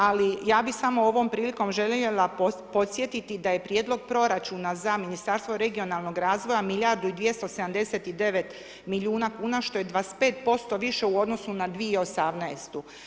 Ali ja bih samo ovom prilikom željela podsjetiti da je prijedlog proračuna za Ministarstvo regionalnog razvoja milijardu i 279 milijuna kuna što je 25% više u odnosu na 2018.